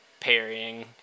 parrying